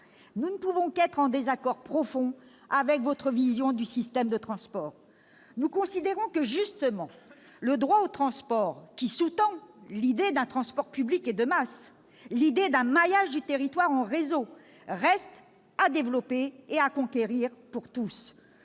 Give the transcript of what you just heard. nous ne pouvons qu'être en profond désaccord avec votre vision du système de transport. Nous considérons justement que le droit au transport, qui sous-tend l'idée d'un transport public et de masse, l'idée d'un maillage du territoire en réseau, reste à développer et à conquérir pour tous.